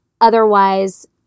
Otherwise